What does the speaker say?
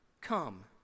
come